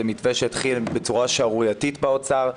זה מתווה שהתחיל בצורה שערורייתית באוצר,